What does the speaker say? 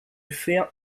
faire